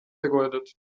vergeudet